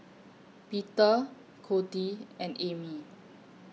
Peter Coty and Amy